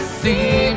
see